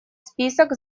список